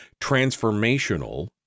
Transformational